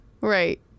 right